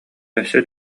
өссө